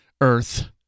Earth